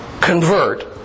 convert